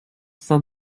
for